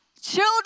children